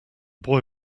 boy